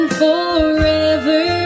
forever